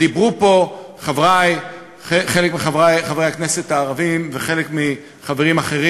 ודיברו פה חלק מחברי חברי הכנסת הערבים וחברים אחרים,